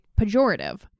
pejorative